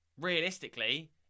realistically